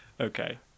okay